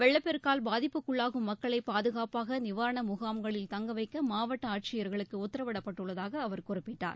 வெள்ளப் பெருக்கால் பாதிப்புக்குள்ளாகும் மக்களை பாதுகாப்பாக நிவாரண முகாம்களில் தங்க வைக்க மாவட்ட ஆட்சியர்களுக்கு உத்தரவிடப்பட்டுள்ளதாக அவர் குறிப்பிட்டார்